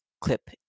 clip